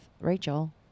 Rachel